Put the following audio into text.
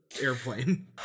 airplane